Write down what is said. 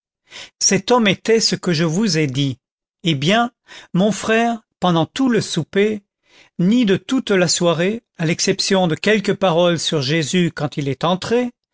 cet homme était ce que je vous ai dit eh bien mon frère pendant tout le souper ni de toute la soirée à l'exception de quelques paroles sur jésus quand il est entré